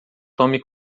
tome